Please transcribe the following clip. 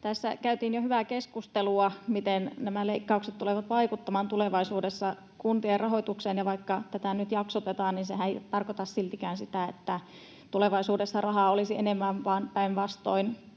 Tässä käytiin jo hyvää keskustelua siitä, miten nämä leikkaukset tulevat vaikuttamaan tulevaisuudessa kuntien rahoitukseen. Vaikka tätä nyt jaksotetaan, sehän ei tarkoita siltikään, että tulevaisuudessa rahaa olisi enemmän, vaan päinvastoin